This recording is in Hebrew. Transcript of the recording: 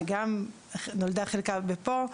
שחלקה נולד פה,